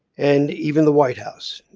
and even the white house.